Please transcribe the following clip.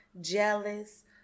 jealous